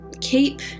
keep